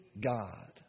God